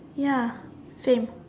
ya same